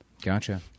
Gotcha